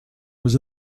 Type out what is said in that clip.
was